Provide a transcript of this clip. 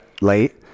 late